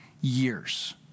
years